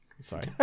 Sorry